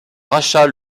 rachat